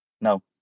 No